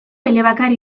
elebakar